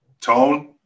Tone